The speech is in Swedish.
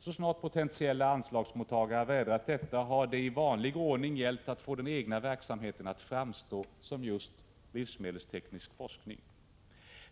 Så snart potentiella anslagsmottagare vädrat detta, har det i vanlig ordning gällt att få den egna verksamheten att framstå som just livsmedelsteknisk forskning.